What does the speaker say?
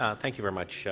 ah thank you very much,